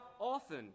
often